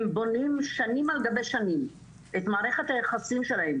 הם בונים שנים על גבי שנים את מערכת היחסים שלהם